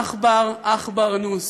נוס / עכבר, עכבר, נוס.